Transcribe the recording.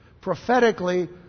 prophetically